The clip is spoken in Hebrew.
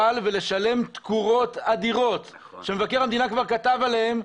-- ללכת למשכ"ל ולשלם תקורות אדירות שמבקר המדינה כבר כתב עליהן,